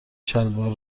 شلوار